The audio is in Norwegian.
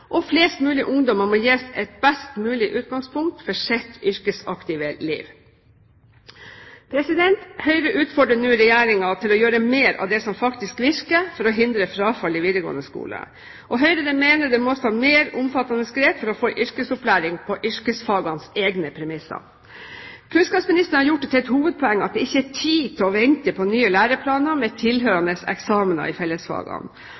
og flest mulig ungdommer må gis et best mulig utgangspunkt for sitt yrkesaktive liv. Høyre utfordrer nå Regjeringen til å gjøre mer av det som faktisk virker, for å hindre frafall i videregående skole. Høyre mener det må tas mer omfattende grep for å få en yrkesopplæring på yrkesfagenes egne premisser. Kunnskapsministeren har gjort det til et hovedpoeng at det ikke er tid til å vente på nye læreplaner med tilhørende eksamener i fellesfagene.